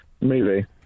Movie